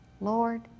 Lord